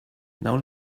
now